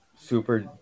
super